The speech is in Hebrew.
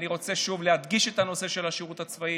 אני רוצה שוב להדגיש את הנושא של השירות הצבאי,